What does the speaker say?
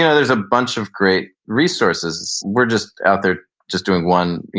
yeah there's a bunch of great resources. we're just out there just doing one,